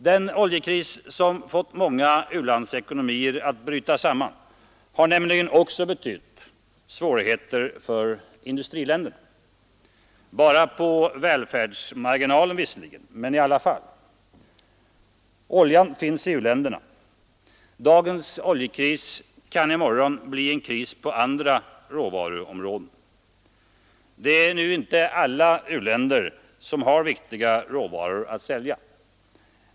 Den oljekris som fått många u-landsekonomier att bryta samman har nämligen också betytt svårigheter för industriländerna — visserligen bara på välfärdsmarginalen, men i alla fall. Oljan finns i u-länderna. Dagens oljekris kan i morgon bli en kris på andra råvaruområden. Det är nu inte alla u-länder som har viktiga råvaror att sälja.